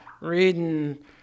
reading